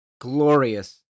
glorious